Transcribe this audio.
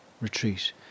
Retreat